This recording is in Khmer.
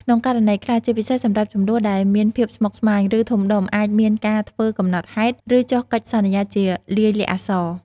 ក្នុងករណីខ្លះ ជាពិសេសសម្រាប់ជម្លោះដែលមានភាពស្មុគស្មាញ ឬធំដុំ អាចមានការធ្វើកំណត់ហេតុ ឬចុះកិច្ចសន្យាជាលាយលក្ខណ៍អក្សរ។